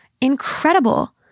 Incredible